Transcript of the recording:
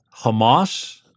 Hamas